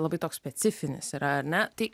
labai toks specifinis yra ar ne tai